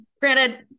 Granted